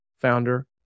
founder